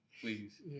please